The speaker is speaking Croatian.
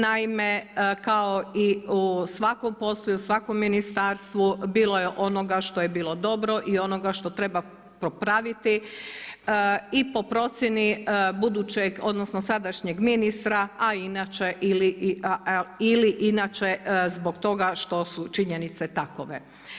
Naime, kao i u svakom poslu i svakom ministarstvu bilo je onoga što je bilo dobro i onoga što treba popraviti i po procjeni budućeg odnosno sadašnjeg ministra ili inače zbog toga što su činjenice takove.